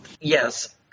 Yes